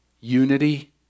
Unity